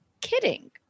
kidding